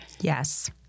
Yes